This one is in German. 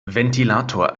ventilator